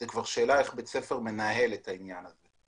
זו כבר שאלה איך בית ספר מנהל את העניין הזה.